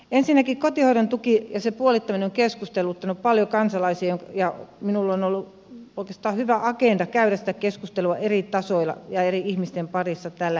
ensinnäkin kotihoidon tuki ja sen puolittaminen on keskusteluttanut paljon kansalaisia ja minulla on ollut oikeastaan hyvä agenda käydä sitä keskustelua eri tasoilla ja eri ihmisten parissa tällä hetkellä